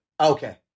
Okay